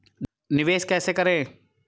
निवेश कैसे करें?